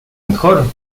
mejor